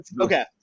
okay